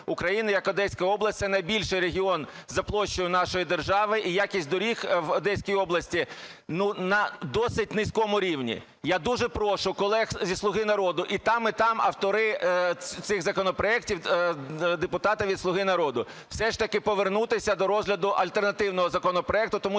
України як Одеська область. Це найбільший регіон за площею нашої держави і якість доріг в Одеській області, ну, на досить низькому рівні. Я дуже прошу колег зі "Слуги народу", і там, і там автори цих законопроектів, депутатів від "Слуги народу" все ж таки повернутися до розгляду альтернативного законопроекту,